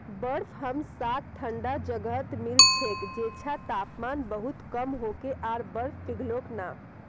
बर्फ हमसाक ठंडा जगहत मिल छेक जैछां तापमान बहुत कम होके आर बर्फ पिघलोक ना